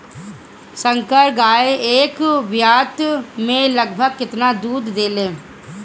संकर गाय एक ब्यात में लगभग केतना दूध देले?